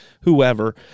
whoever